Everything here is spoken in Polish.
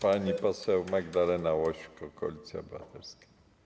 Pani poseł Magdalena Łośko, Koalicja Obywatelska.